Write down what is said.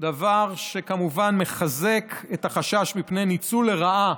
דבר שכמובן מחזק את החשש מפני ניצול לרעה